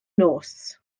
nos